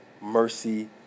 mercy